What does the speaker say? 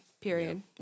period